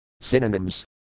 Synonyms